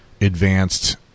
advanced